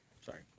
Sorry